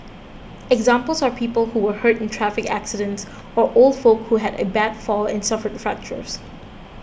examples are people who were hurt in traffic accidents or old folk who had a bad fall and suffered fractures